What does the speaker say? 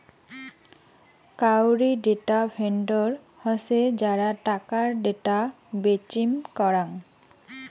কাউরী data vendor হসে যারা টাকার ডেটা বেচিম করাং